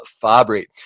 Fabry